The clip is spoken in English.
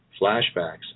flashbacks